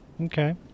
Okay